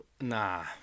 nah